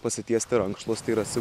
pasitiesti rankšluostį ir atsi